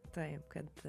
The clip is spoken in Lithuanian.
taip kad